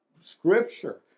Scripture